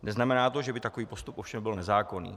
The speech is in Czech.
Neznamená to, že by takový postup ovšem byl nezákonný.